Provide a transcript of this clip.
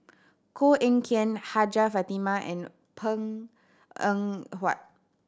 Koh Eng Kian Hajjah Fatimah and Png Eng Huat